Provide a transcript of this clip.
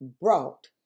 brought